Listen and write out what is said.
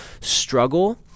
struggle